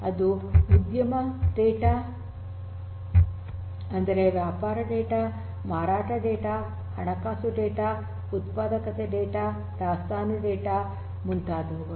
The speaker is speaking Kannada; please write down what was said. ಅದು ಉದ್ಯಮ ಡೇಟಾ ಅಂದರೆ ವ್ಯಾಪಾರ ಡೇಟಾ ಮಾರಾಟ ಡೇಟಾ ಹಣಕಾಸು ಡೇಟಾ ಉತ್ಪಾದಕತೆ ಡೇಟಾ ದಾಸ್ತಾನು ಡೇಟಾ ಮುಂತಾದವುಗಳು